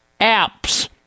apps